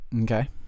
Okay